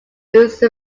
use